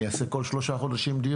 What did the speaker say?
אני אעשה דיון כל שלושה חודשים.